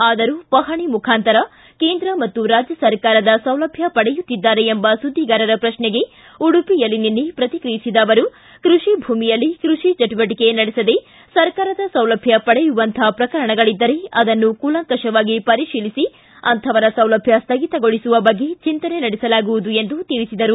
ಆದರೂ ಪಹಣಿ ಮುಖಾಂತರ ಕೇಂದ್ರ ಮತ್ತು ರಾಜ್ಯ ಸರ್ಕಾರಗಳ ಸೌಲಭ್ಯ ಪಡೆಯುತ್ತಿದ್ದಾರೆ ಎಂಬ ಸುದ್ದಿಗಾರರ ಪ್ರಶ್ನೆಗೆ ಉಡುಪಿಯಲ್ಲಿ ನಿನ್ನೆ ಪ್ರತಿಕ್ರಿಯಿಸಿದ ಅವರು ಕೃಷಿಭೂಮಿಯಲ್ಲಿ ಕೃಷಿ ಚಟುವಟಿಕೆ ನಡೆಸದೇ ಸರ್ಕಾರದ ಸೌಲಭ್ಯ ಪಡೆಯುವಂಥ ಪ್ರಕರಣಗಳಿದ್ದರೆ ಅದನ್ನು ಕೂಲಂಕಪವಾಗಿ ಪರಿಶೀಲಿಸಿ ಅಂಥವರ ಸೌಲಭ್ಯ ಸ್ಥಗಿತಗೊಳಿಸುವ ಬಗ್ಗೆ ಚಿಂತನೆ ನಡೆಸಲಾಗುವುದು ಎಂದು ತಿಳಿಸಿದರು